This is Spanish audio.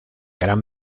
gran